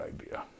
idea